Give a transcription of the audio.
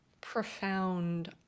profound